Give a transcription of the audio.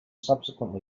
subsequently